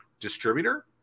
distributor